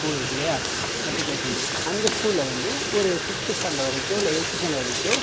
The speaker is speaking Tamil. ஸ்கூல் இருக்குது இல்லையா மெட்ரிக்குலேஷன் அந்த ஸ்கூலில் வந்து ஒரு ஃபிஃப்த்து ஸ்டாண்டர்ட் வரைக்கும் இல்லை எய்த்து ஸ்டாண்டர்ட் வரைக்கும்